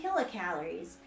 kilocalories